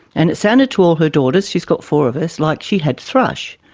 and it sounded, to all her daughters, she's got four of us, like she had thrush,